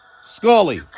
Scully